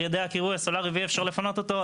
ידי הקירוי הסולרי ואי-אפשר לפנות אותו,